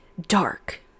dark